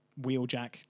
Wheeljack